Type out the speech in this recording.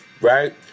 right